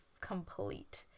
complete